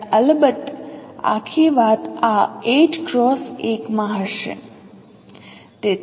અને અલબત્ત આખી વાત આ 8 X 1 હશે